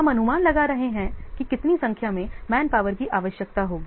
हम अनुमान लगा रहे हैं कि कितनी संख्या में मैन पावर की आवश्यकता होगी